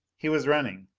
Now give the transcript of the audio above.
he was running.